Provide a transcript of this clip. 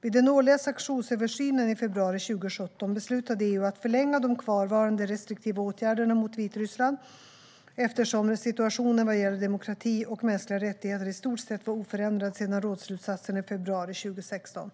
Vid den årliga sanktionsöversynen i februari 2017 beslutade EU att förlänga de kvarvarande restriktiva åtgärderna mot Vitryssland, eftersom situationen vad gäller demokrati och mänskliga rättigheter i stort sett var oförändrad sedan rådsslutsatserna i februari 2016.